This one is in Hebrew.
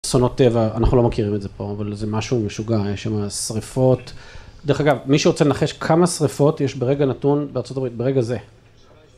‫אסונות טבע, אנחנו לא מכירים את זה פה, ‫אבל זה משהו משוגע, יש שמה שריפות. ‫דרך אגב, מישהו רוצה לנחש כמה שריפות ‫יש ברגע נתון בארה״ב, ברגע זה.